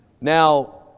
Now